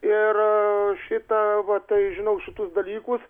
ir šitą va tai žinau šitus dalykus